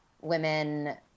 women